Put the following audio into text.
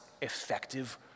effective